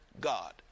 God